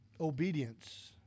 Obedience